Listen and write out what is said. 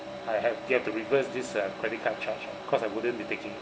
I have get to reverse this uh credit card charge ah because I wouldn't be taking